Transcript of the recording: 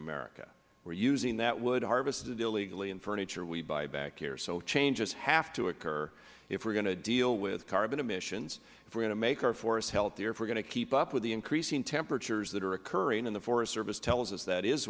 america we are using that wood harvested illegally in furniture we buy back here so changes have to occur if we are going to deal with carbon emissions if we are going to make our forests healthier if we are going to keep up with the increasing temperatures that are occurring and the forest service tells us that is